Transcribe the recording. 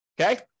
Okay